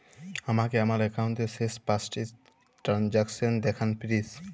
আমাকে আমার একাউন্টের শেষ পাঁচটি ট্রানজ্যাকসন দেখান প্লিজ